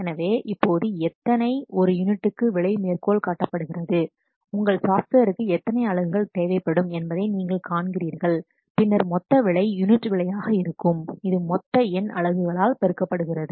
எனவே இப்போது எத்தனை ஒரு யூனிட்டுக்கு விலை மேற்கோள் காட்டப்படுகிறது உங்கள் சாப்ட்வேருக்கு எத்தனை அலகுகள் தேவைப்படும் என்பதை நீங்கள் காண்கிறீர்கள் பின்னர் மொத்த விலை யூனிட் விலையாக இருக்கும் இது மொத்த எண் அலகுகளால் பெருக்கப்படுகிறது